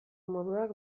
moduak